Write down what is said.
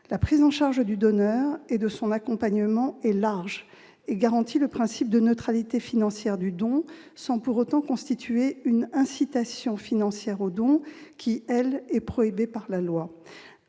La prise en charge du donneur et de son accompagnement est large et garantit le principe de neutralité financière du don, sans pour autant constituer une incitation financière au don, qui, elle, est prohibée par la loi.